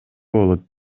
болот